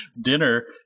dinner